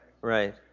Right